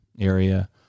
area